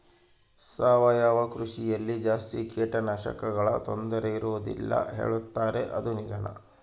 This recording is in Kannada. ಸಾವಯವ ಕೃಷಿಯಲ್ಲಿ ಜಾಸ್ತಿ ಕೇಟನಾಶಕಗಳ ತೊಂದರೆ ಇರುವದಿಲ್ಲ ಹೇಳುತ್ತಾರೆ ಅದು ನಿಜಾನಾ?